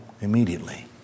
immediately